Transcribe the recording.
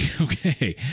okay